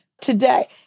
today